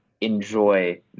Enjoy